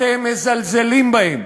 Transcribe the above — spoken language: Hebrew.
אתם מזלזלים בהם.